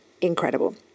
incredible